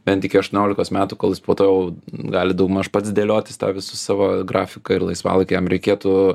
bent iki aštuoniolikos metų kol jis po to jau gali daugmaž pats dėliotis visus savo grafiką ir laisvalaikį jam reikėtų